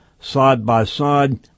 side-by-side